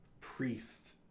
priest